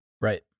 right